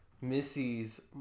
Missy's